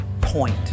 point